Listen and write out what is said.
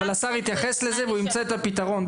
אבל השר התייחס לזה והוא ימצא לזה את הפתרון,